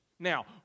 Now